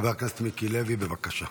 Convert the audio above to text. חבר הכנסת מיקי לוי, בבקשה.